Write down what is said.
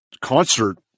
concert